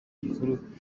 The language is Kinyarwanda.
gikuru